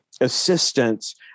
assistance